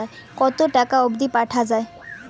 কতো টাকা অবধি পাঠা য়ায়?